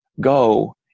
go